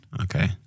Okay